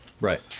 right